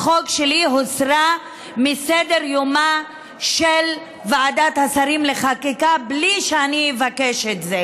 הוסרה מסדר-יומה של ועדת השרים לחקיקה בלי שאני אבקש את זה,